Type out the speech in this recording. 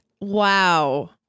Wow